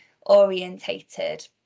orientated